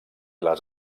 les